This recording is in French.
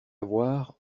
avoir